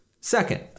Second